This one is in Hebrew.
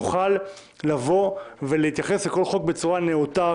נוכל לבוא ולהתייחס לכל חוק בצורה נאותה.